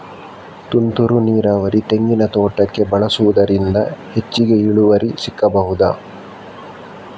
ತುಂತುರು ನೀರಾವರಿ ತೆಂಗಿನ ತೋಟಕ್ಕೆ ಬಳಸುವುದರಿಂದ ಹೆಚ್ಚಿಗೆ ಇಳುವರಿ ಸಿಕ್ಕಬಹುದ?